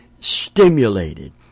stimulated